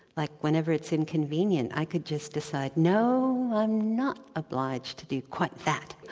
like, whenever it's inconvenient, i could just decide, no, i'm not obliged to do quite that.